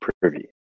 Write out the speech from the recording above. Privy